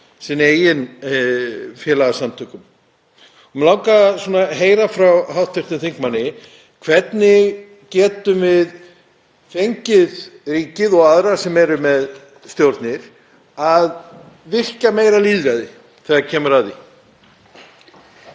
sínum eigin félagasamtökum. Mig langar að heyra frá hv. þingmanni: Hvernig getum við fengið ríkið og aðra sem eru með stjórnir til að virkja meira lýðræði þegar kemur að því?